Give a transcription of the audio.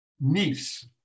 niece